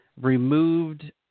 removed